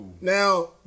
now